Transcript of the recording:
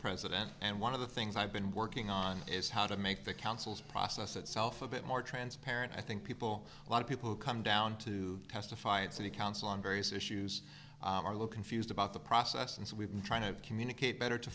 president and one of the things i've been working on is how to make the councils process itself a bit more transparent i think people a lot of people who come down to testify at city council on various issues are looking fused about the process and so we've been trying to communicate better to